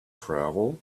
travel